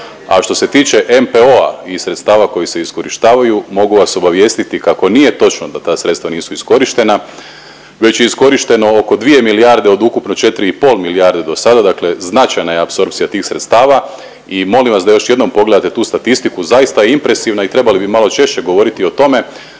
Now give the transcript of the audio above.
A što se tiče MPO-a i sredstava koji se iskorištavaju mogu vas obavijestiti kako nije točno da ta sredstva nisu iskorištena već je iskorišteno oko 2 milijarde od ukupno 4 i pol milijarde do sada, dakle značajna je apsorpcija tih sredstava. I molim vas da još jednom pogledate tu statistiku, zaista je impresivna i trebali bi malo češće govoriti o tome.